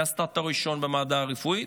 היא עשתה תואר ראשון במעבדה רפואית,